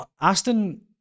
aston